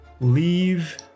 leave